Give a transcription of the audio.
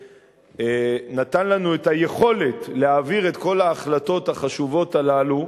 מה שנתן לנו את היכולת להעביר את כל ההחלטות החשובות הללו.